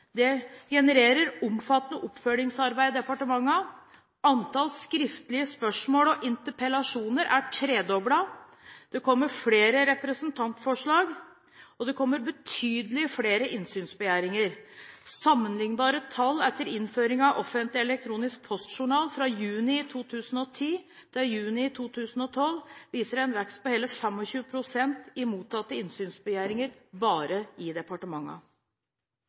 Det genererer omfattende oppfølgingsarbeid i departementene. Antall skriftlige spørsmål og interpellasjoner er tredoblet. Det kommer flere representantforslag. Det kommer betydelig flere innsynsbegjæringer. Sammenlignbare tall etter innføring av Offentlig elektronisk postjournal fra juni 2010 og juni 2012 viser en vekst på hele 25 pst. i mottatte innsynsbegjæringer bare i